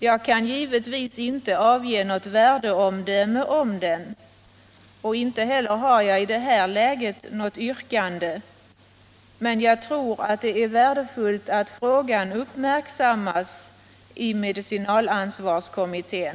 Jag kan givetvis inte avge något värdeomdöme om den och inte heller har jag i det här läget något yrkande, men jag tror att det är värdefullt att frågan uppmärksammas i medicinalansvarskommittén.